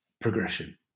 progression